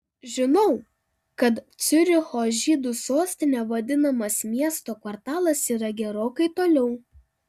žinau kad ciuricho žydų sostine vadinamas miesto kvartalas yra gerokai toliau